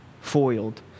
foiled